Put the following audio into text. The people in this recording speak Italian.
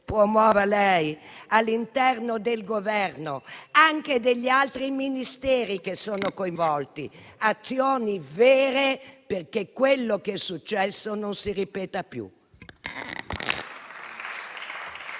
promuova lei, all'interno del Governo, anche presso gli altri Ministeri coinvolti, azioni vere, affinché quello che è successo non si ripeta più.